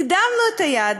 הקדמנו את היעד.